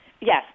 Yes